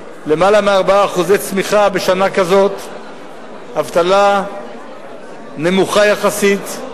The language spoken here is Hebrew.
יותר מ-4% צמיחה בשנה כזאת, אבטלה נמוכה יחסית,